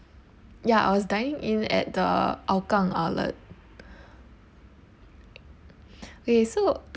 ya I was dining in at the hougang outlet okay so